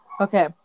Okay